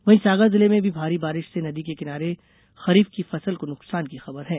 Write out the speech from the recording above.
वहीं सागर जिले में भारी बारिश से नदी के किनारे खरीफ की फसल को नुकसान की खबर है